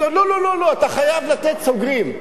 לא, לא, לא, אתה חייב לתת, סוגרים.